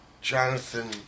Jonathan